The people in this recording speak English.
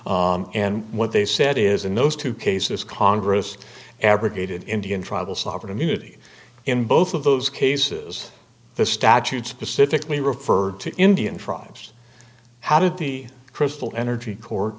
and what they said is in those two cases congress abrogated indian tribal sovereign immunity in both of those cases the statute specifically referred to indian tribes how did the crystal energy co